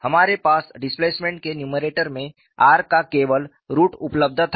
हमारे पास डिस्प्लेसमेंट के नुमेरटर में r का केवल रुट उपलब्ध था